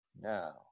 Now